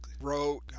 wrote